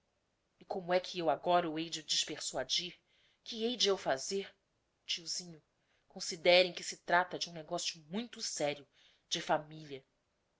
e como é que eu agora o hei de despersuadir que hei de eu fazer tiozinho considére em que se trata de um negocio muito sério de familia